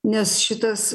nes šitas